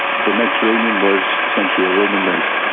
the mediterranean was essentially a roman lake.